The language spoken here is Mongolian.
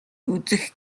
үзэх